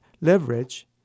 leverage